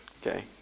Okay